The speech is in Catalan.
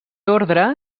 ordre